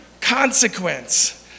consequence